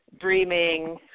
dreaming